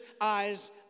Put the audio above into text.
eyes